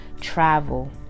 travel